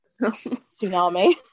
tsunami